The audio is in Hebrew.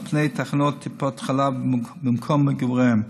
על פני תחנות טיפת חלב במקום מגוריהם.